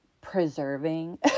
preserving